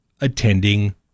attending